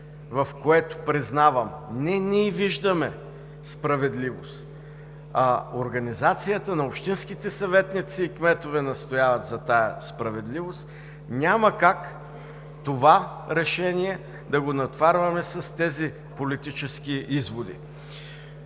в което, признавам, не ние виждаме справедливост, а организацията на общинските съветници и кметове настояват за тази справедливост, няма как това решение да го натоварваме с тези политически изводи.